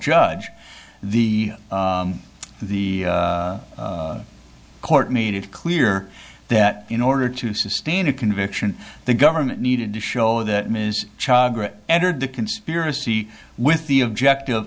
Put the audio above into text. judge the the court made it clear that in order to sustain a conviction the government needed to show that ms entered the conspiracy with the objective